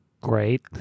great